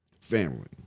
family